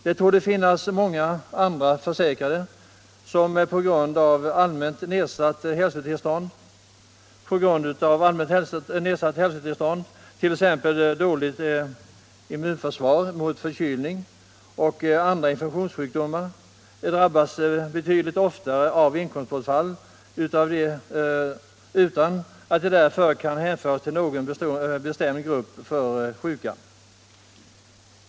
Det torde finnas många andra försäkrade som på grund av allmänt nedsatt hälsotillstånd, t.ex. dåligt immunförsvar mot förkylningar och andra infektionssjukdomar, drabbas betydligt oftare av inkomstbortfall utan att de därför kan hänföras till någon bestämd grupp av sjuka.